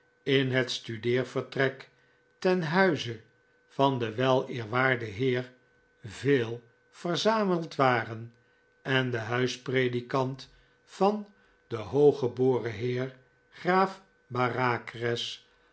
in het studeervertrek ten huize van den weleerwaarden heer veal verzameld waren en de huispredikant van den hooggeboren heer graaf